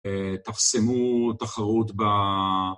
תחסמו תחרות ב...